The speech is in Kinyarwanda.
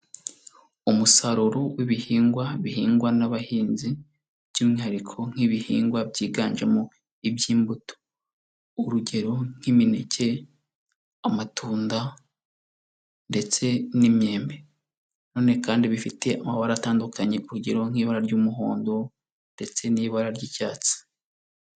Umusaruro w'ibihingwa bihingwa n'abahinzi by'umwihariko nk'ibihingwa byiganjemo iby'imbuto, urugero: nk'imineke, amatunda, ndetse n'imyembe, none kandi bifite amabara atandukanye ku rugero nk'ibara ry'umuhondo ndetse n'ibara ry'icyatsi.